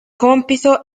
compito